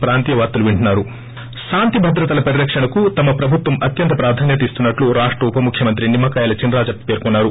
break శాంతిభద్రతల పరిరక్షణకు తమ ప్రభుత్వం అత్యంత ప్రాధాన్యత ఇస్తున్పట్టు రాష్ట ఉప ముఖ్యమంత్రి నిమ్మకాయల చినరాజప్ప పేర్కొన్సారు